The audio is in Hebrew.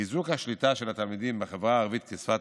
חיזוק השליטה של התלמידים בחברה הערבית בשפת